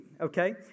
Okay